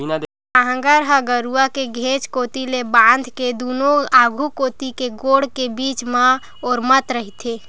लांहगर ह गरूवा के घेंच कोती ले बांध के दूनों आघू कोती के गोड़ के बीच म ओरमत रहिथे